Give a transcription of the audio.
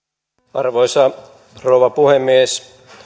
arvoisa rouva puhemies